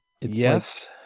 Yes